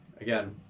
again